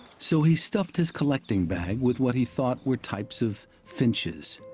so he stuffed his collecting bag with what he thought were types of finches,